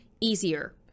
easier